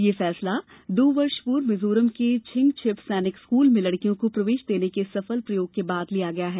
यह फैसला दो वर्ष पूर्व मिजोरम के छिंगछिप सैनिक स्कूल में लड़कियों को प्रवेश देने के सफल प्रयोग के बाद लिया गया है